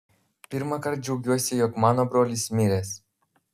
pirmąkart džiaugiuosi jog mano brolis miręs